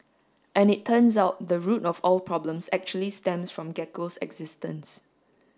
and it turns out the root of all problems actually stems from Gecko's existence